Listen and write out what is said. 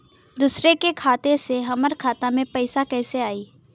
दूसरा के खाता से हमरा खाता में पैसा कैसे आई?